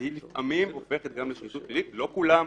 והיא לפעמים הופכת גם לשחיתות פלילית; לא כולם,